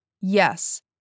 Yes